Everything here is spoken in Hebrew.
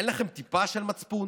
אין לכם טיפה של מצפון?